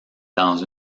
dans